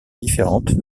différentes